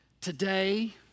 Today